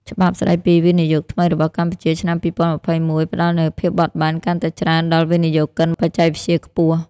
ច្បាប់ស្ដីពីវិនិយោគថ្មីរបស់កម្ពុជា ឆ្នាំ ២០២១ ផ្ដល់នូវភាពបត់បែនកាន់តែច្រើនដល់វិនិយោគិនបច្គេកវិទ្យាខ្ពស់។